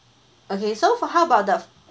okay so for how about the